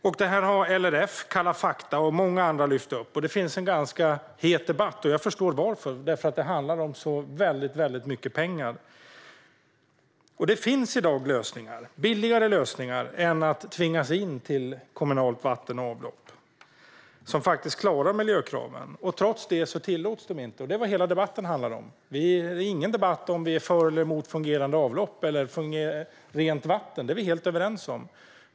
Detta har LRF, Kalla fakta och många andra lyft fram. Det förs en ganska het debatt, och jag förstår varför. Det handlar om så väldigt mycket pengar. Det finns i dag lösningar som är billigare än tvångsanslutning till kommunalt vatten och avlopp och som klarar miljökraven. Trots det tillåts de inte, och det är vad hela debatten handlar om. Det är ingen debatt om huruvida vi är för eller emot fungerande avlopp och rent vatten. Det är vi helt överens om.